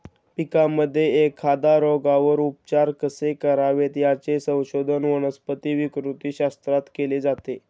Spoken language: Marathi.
पिकांमध्ये एखाद्या रोगावर उपचार कसे करावेत, याचे संशोधन वनस्पती विकृतीशास्त्रात केले जाते